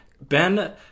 Ben